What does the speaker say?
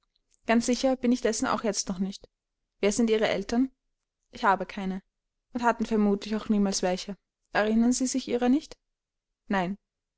ganz sicher bin ich dessen auch jetzt noch nicht wer sind ihre eltern ich habe keine und hatten vermutlich auch niemals welche erinnern sie sich ihrer nicht nein